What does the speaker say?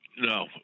No